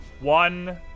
One